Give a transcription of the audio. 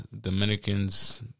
Dominicans